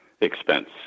expense